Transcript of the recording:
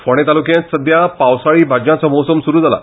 फोंडें तालुक्यांत सद्या पावसाळी भाज्यांचो मोसम सुरू जाला